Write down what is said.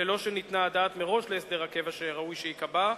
ללא שניתנה הדעת מראש להסדר הקבע שראוי שייקבע,